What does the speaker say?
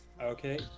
Okay